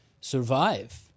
survive